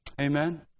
Amen